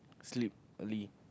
sleep early